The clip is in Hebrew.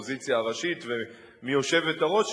האופוזיציה הראשית ומהיושבת-ראש שלה,